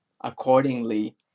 accordingly